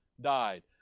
died